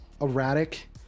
erratic